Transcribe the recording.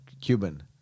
Cuban